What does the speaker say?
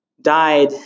died